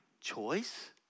choice